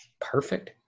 Perfect